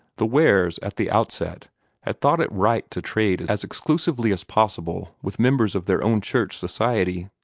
the wares at the outset had thought it right to trade as exclusively as possible with members of their own church society.